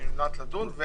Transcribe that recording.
שהיא נמנעת מלדון.